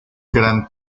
gran